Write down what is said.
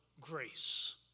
grace